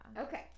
Okay